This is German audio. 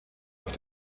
auf